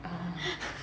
ah